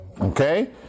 Okay